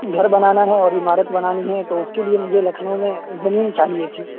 گھر بنانا ہے اورعمارت بنانی ہے تو اس کے لیے مجھے لکھنؤ میں زمین چاہیے تھی